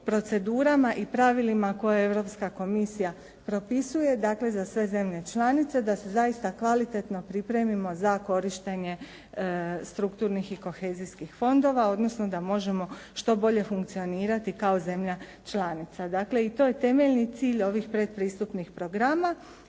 procedurama i pravilima koje Europska komisija propisuje dakle za sve zemlje članice da se zaista kvalitetno pripremimo za korištenje strukturnih i kohezijskih fondova odnosno da možemo što bolje funkcionirati kao zemlja članica. I to je temeljni cilj ovih predpristupnih programa